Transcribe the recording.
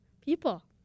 people